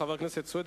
חבר הכנסת סוייד,